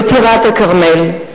בטירת-כרמל,